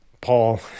Paul